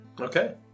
Okay